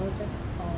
or just